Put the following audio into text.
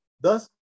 Thus